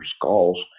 skulls